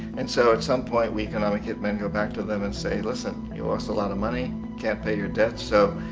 and so, in some point, we economic hit men, go back to them and say, listen, you owe us a lot of money. you can't pay your debt. so,